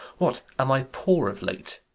what, am i poor of late?